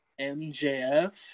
MJF